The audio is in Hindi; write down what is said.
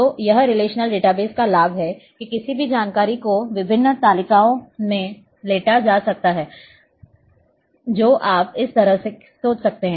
तो यह रिलेशनल डेटाबेस का लाभ है कि किसी भी जानकारी को विभिन्न तालिकाओं में लेटा जा सकता है जो आप इस तरह से सोच सकते हैं